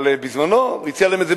בזמנו הוא הציע להם,